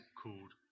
called